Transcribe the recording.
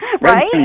Right